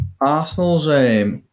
Arsenal's